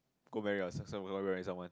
go marry or s~ go marry someone